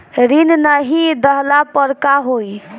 ऋण नही दहला पर का होइ?